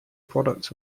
products